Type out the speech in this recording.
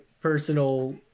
personal